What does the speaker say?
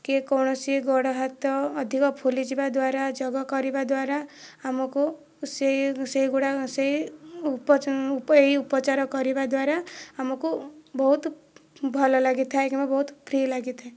କି କୌଣସି ଗୋଡ ହାତ ଅଧିକ ଫୁଲିଯିବା ଦ୍ବାରା ଯୋଗ କରିବା ଦ୍ବାରା ଆମକୁ ସେଇ ସେଇଗୁଡାକ ସେଇ ଉପ ଏଇ ଉପଚାର କରିବା ଦ୍ବାରା ଆମକୁ ବହୁତ ଭଲ ଲାଗିଥାଏ ବା ବହୁତ ଫ୍ରୀ ଲାଗିଥାଏ